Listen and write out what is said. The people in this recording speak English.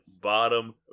bottom